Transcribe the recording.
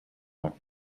left